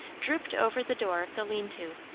drooped over the door of the lean-to,